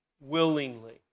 willingly